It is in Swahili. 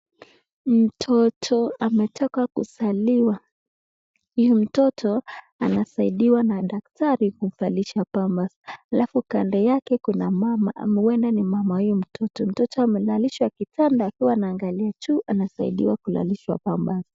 Mtoto ametoka kuzaliwa. Huyu mtoto anasaidiwa na daktari kuvalishwa pampers alafu kando yake kuna mama ama huenda ni mama ya huyu mtoto. Mtoto amelalishwa kitanda akiwa ameangalia juu anasaidiwa kuvalishwa pampers .